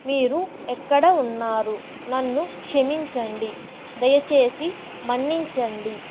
మీరు ఎక్కడ ఉన్నారు నన్ను క్షమించండి దయచేసి మన్నించండి